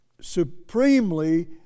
supremely